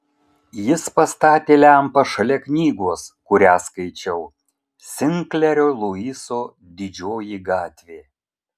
jis pastatė lempą šalia knygos kurią skaičiau sinklerio luiso didžioji gatvė